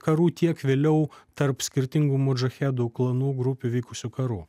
karų tiek vėliau tarp skirtingų modžahedų klanų grupių vykusių karų